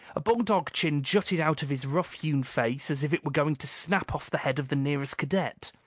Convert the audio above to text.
a bulldog chin jutted out of his rough-hewn face as if it were going to snap off the head of the nearest cadet.